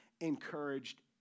encouraged